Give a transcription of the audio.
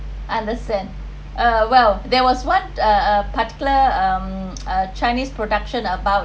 understand uh well there was what a a particular um a chinese production about